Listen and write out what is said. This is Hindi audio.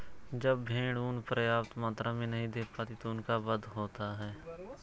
जब भेड़ ऊँन पर्याप्त मात्रा में नहीं दे पाती तो उनका वध होता है